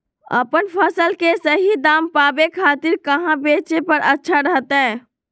अपन फसल के सही दाम पावे खातिर कहां बेचे पर अच्छा रहतय?